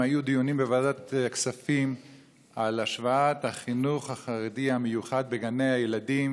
היו דיונים בוועדת הכספים על השוואת החינוך החרדי המיוחד בגני הילדים,